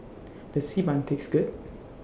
Does Xi Ban Taste Good